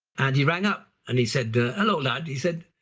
and he rang up and he said hello, lad, he said,